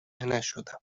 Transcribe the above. نشدم